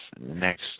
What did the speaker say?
next